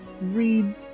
read